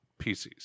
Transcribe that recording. PCs